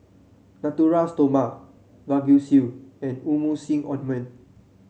Natura Stoma Vagisil and Emulsying Ointment